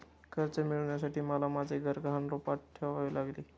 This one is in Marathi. कर्ज मिळवण्यासाठी मला माझे घर गहाण रूपात ठेवावे लागले